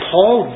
Paul